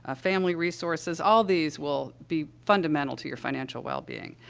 ah family resources? all these will be fundamental to your financial wellbeing,